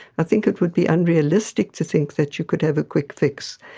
i think it would be unrealistic to think that you could have a quick fix.